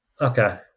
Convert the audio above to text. Okay